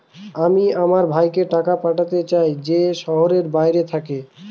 আমি আমার ভাইকে টাকা পাঠাতে চাই যে শহরের বাইরে থাকে